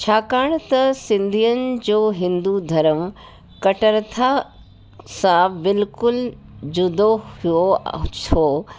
छाकाणि त सिंधियुनि जो हिंदू धर्मु कटरथा सां बिल्कुलु जूदो पियो छो